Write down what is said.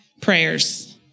prayers